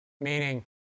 meaning